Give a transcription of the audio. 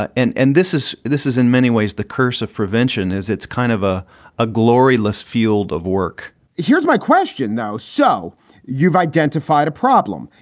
ah and and this is this is in many ways the curse of prevention is it's kind of a a glory loss field of work here's my question now. so you've identified a problem.